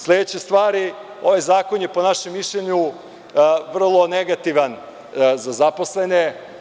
Sledeća stvar, ovaj zakon je po našem mišljenju vrlo negativan za zaposlene.